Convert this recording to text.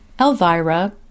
Elvira